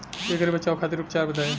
ऐकर बचाव खातिर उपचार बताई?